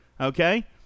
okay